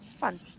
Fun